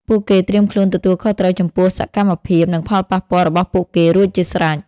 ពួកគេត្រៀមខ្លួនទទួលខុសត្រូវចំពោះសកម្មភាព និងផលប៉ះពាល់របស់ពួកគេរួចជាស្រេច ។